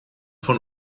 von